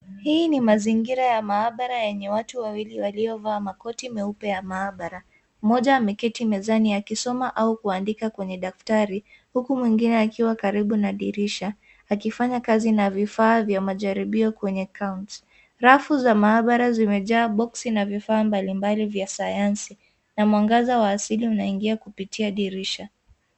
Hii ni mazingira ya maabara enye watu wawili waliovaa makoti meupe ya maabara, moja ameketi mezani akisoma au kuandika kwenye taftari huku mwingine akiwa karibu na dirisha akifanya kazi na vifaa vya majaribio kwenye counter . Rafu za maabara zimejaa box na vifaa mbali mbali vya sayansi na mwangaza wa asili inaingia kupitia dirisha.